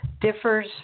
Differs